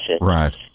Right